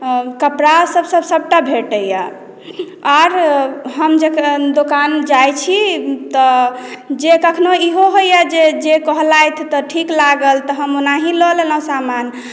कपड़ा सभ सभटा भेटैया आओर हम जेकरा दोकान जाइ छी जे कखनो इहो होइया जे कहलथि तऽ ठीक लागल तऽ हम ओनाहे लऽ लेलहुँ समान